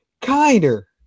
kinder